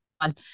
one